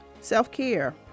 self-care